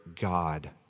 God